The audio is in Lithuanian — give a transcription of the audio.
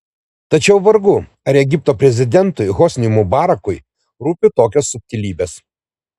tačiau vargu ar egipto prezidentui hosniui mubarakui rūpi tokios subtilybės